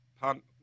punt